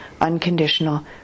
unconditional